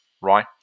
right